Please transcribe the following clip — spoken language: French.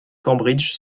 cambridge